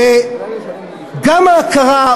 גם ההכרה,